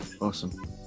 Awesome